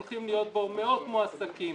הולכים להיות בו מאות מועסקים.